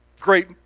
great